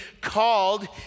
called